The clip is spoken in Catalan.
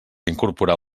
incorporar